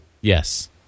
Yes